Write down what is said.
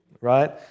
Right